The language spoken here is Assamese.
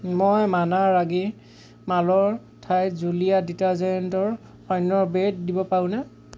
মই মানা ৰাগী মালৰ ঠাইত জুলীয়া ডিটাৰ্জেণ্টৰ অন্য ব্ৰেড দিব পাৰোঁনে